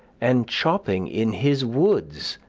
and chopping in his woods,